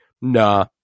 Nah